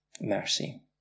mercy